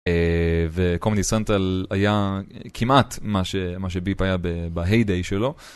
וקומדי סנטרל היה כמעט מה שביפ היה בהיי דיי שלו.